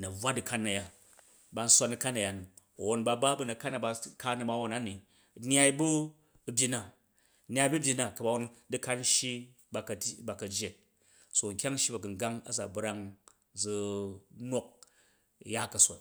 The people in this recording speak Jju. na̱bvwa du̱kan a̱ya ban nswa na̱kan a̱ya ni a̱won ba bu̱ na̱kan na baka ra̱ma̱won na ni nyai ba̱ u̱ byin na, nyai ba̱ u̱ byin na ka̱bawon, du̱kan n shyi ba ka̱ tyi ba ka̱ jjet, so nkyang n shyi ba̱gimgang a za brang zu nok u̱ ya kason